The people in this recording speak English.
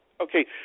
okay